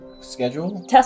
schedule